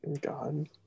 God